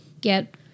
get